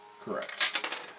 Correct